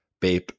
Bape